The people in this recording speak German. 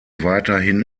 weiterhin